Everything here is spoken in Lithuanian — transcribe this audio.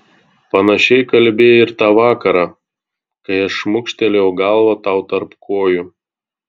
panašiai kalbėjai ir tą vakarą kai aš šmukštelėjau galvą tau tarp kojų